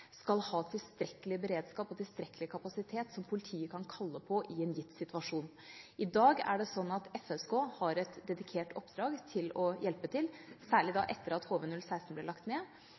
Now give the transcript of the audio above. skal ha tilstrekkelig beredskap og tilstrekkelig kapasitet som politiet kan kalle på i en gitt situasjon. I dag er det sånn at Forsvarets Spesialkommando, FSK, har et dedikert oppdrag til å hjelpe til, særlig da etter at HV-016 ble lagt ned.